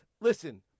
Listen